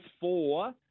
four